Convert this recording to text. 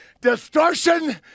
distortion